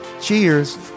Cheers